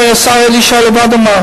הרי השר אלי ישי בעצמו אמר,